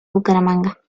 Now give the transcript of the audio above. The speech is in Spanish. bucaramanga